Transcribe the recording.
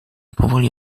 powoli